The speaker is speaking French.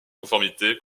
conformité